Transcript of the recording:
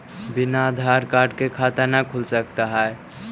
बिना आधार कार्ड के खाता न खुल सकता है?